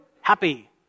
happy